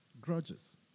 grudges